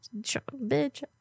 Bitch